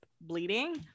bleeding